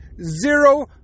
Zero